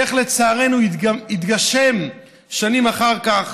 איך לצערנו זה התגשם שנים אחר כך.